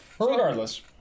Regardless